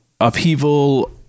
Upheaval